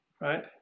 Right